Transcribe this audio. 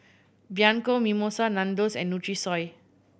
Bianco Mimosa Nandos and Nutrisoy